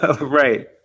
Right